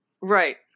Right